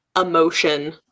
emotion